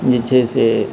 जे छै से